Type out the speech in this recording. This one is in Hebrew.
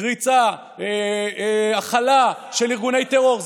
קריצה, הכלה של ארגוני טרור.